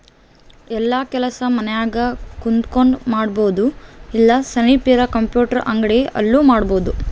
ಯೆಲ್ಲ ಕೆಲಸ ಮನ್ಯಾಗ ಕುಂತಕೊಂಡ್ ಮಾಡಬೊದು ಇಲ್ಲ ಸನಿಪ್ ಇರ ಕಂಪ್ಯೂಟರ್ ಅಂಗಡಿ ಅಲ್ಲು ಮಾಡ್ಬೋದು